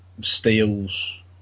steals